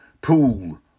pool